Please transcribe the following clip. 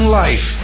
life